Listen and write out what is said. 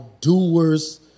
doers